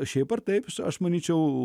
šiaip ar taip aš manyčiau